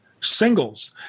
singles